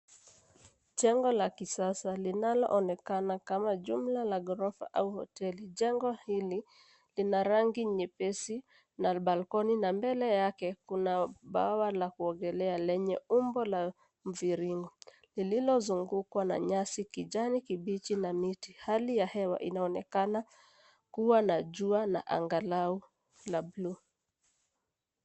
Jengo la kisasa linaloonekana kama jumba la ghorofa au hoteli. Jengo hili lina rangi nyepesi na balkoni na mbele yake, kuna bwawa la kuogelea lenye umbo la mviringo, lililozungukwa na nyasi kijani kibichi na miti. Hali ya hewa inaonekana kuwa na jua na anga la buluu.